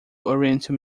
oriental